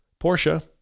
Porsche